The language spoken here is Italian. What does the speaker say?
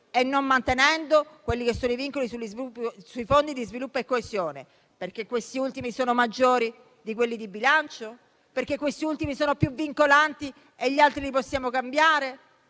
e non mantenendo i vincoli sui fondi per lo sviluppo e la coesione: perché questi ultimi sono maggiori di quelli di bilancio, perché questi ultimi sono più vincolanti e gli altri li possiamo cambiare?